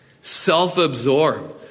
self-absorbed